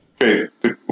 Okay